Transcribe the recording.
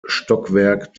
stockwerk